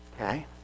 Okay